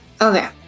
okay